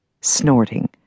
snorting